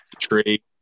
tree